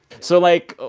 so, like,